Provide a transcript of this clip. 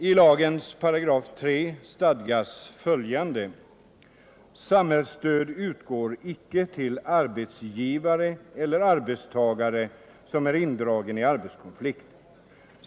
I lagens 3§ stadgas: ”Samhällsstöd utgår icke till arbetsgivare eller arbetstagare som är indragen i arbetskonflikt.